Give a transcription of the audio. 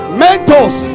mentos